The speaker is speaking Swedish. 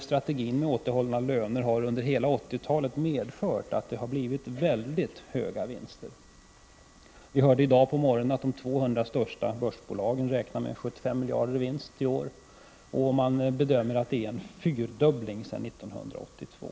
Strategin med återhållna löner har under hela 1980-talet medfört att vinsterna i företagen har blivit mycket stora. Vi hörde i dag på morgonen att de 200 största börsbolagen räknar med 75 miljarder i vinst i år, och man bedömer att det är en fyrdubbling sedan 1982.